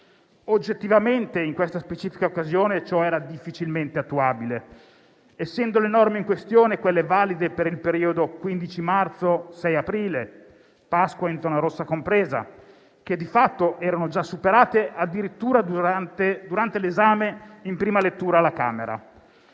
Oggettivamente, in questa specifica occasione ciò era difficilmente attuabile, visto che le norme in questione, valide per il periodo dal 15 marzo al 6 aprile, compresa la Pasqua in zona rossa, di fatto erano già superate addirittura durante l'esame in prima lettura alla Camera